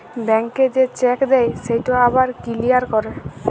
ব্যাংকে যে চ্যাক দেই সেটকে আবার কিলিয়ার ক্যরে